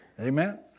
Amen